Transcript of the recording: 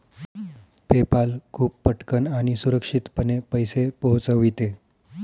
PayPal खूप पटकन आणि सुरक्षितपणे पैसे पोहोचविते